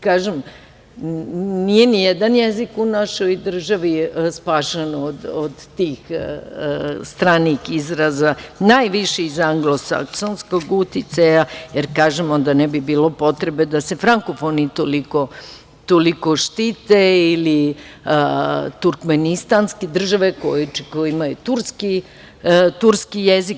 Kažem, nije ni jedan jezik u našoj državi spašen od tih stranih izraza, najviše iz anglosaksonskog uticaja, jer onda ne bi bilo potrebe da se frankofoni toliko štite ili turkmenistanske države koje imaju turski jezik.